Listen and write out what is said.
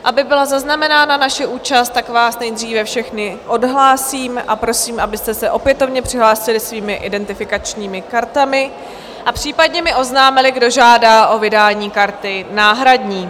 Aby byla zaznamenána naše účast, tak vás nejdříve všechny odhlásím a prosím, abyste se opětovně přihlásili svými identifikačními kartami a případně mi oznámili, kdo žádá o vydání karty náhradní.